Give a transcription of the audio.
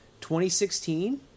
2016